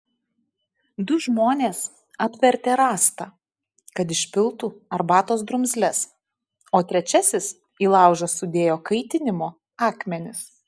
du žmonės apvertė rąstą kad išpiltų arbatos drumzles o trečiasis į laužą sudėjo kaitinimo akmenis